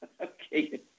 okay